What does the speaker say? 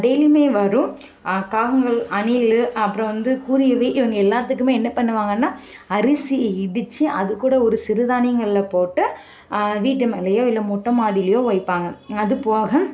டெய்லியுமே வரும் காகங்கள் அணில் அப்புறம் வந்து குருவி இவங்க எல்லாத்துக்குமே என்ன பண்ணுவாங்கன்னால் அரிசி இடித்து அதுகூட ஒரு சிறுதானியங்களை போட்டு வீட்டு மேலயோ இல்லை மொட்டை மாடிலேயோ வைப்பாங்க அது போக